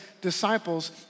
disciples